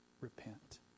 repent